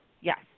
Yes